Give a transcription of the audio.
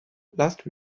last